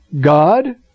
God